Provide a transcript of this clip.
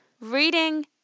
reading